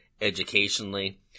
educationally